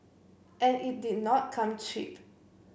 and it did not come cheap